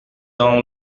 dans